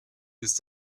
ist